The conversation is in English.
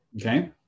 Okay